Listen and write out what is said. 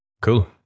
Cool